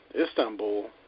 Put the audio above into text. Istanbul